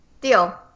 Deal